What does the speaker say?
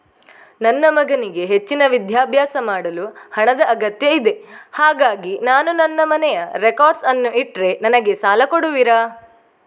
ನನ್ನ ಮಗನಿಗೆ ಹೆಚ್ಚಿನ ವಿದ್ಯಾಭ್ಯಾಸ ಮಾಡಲು ಹಣದ ಅಗತ್ಯ ಇದೆ ಹಾಗಾಗಿ ನಾನು ನನ್ನ ಮನೆಯ ರೆಕಾರ್ಡ್ಸ್ ಅನ್ನು ಇಟ್ರೆ ನನಗೆ ಸಾಲ ಕೊಡುವಿರಾ?